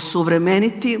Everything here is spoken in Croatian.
osuvremeniti.